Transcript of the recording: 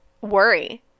worry